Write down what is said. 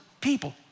people